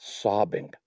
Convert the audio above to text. sobbing